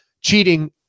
cheating